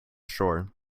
shore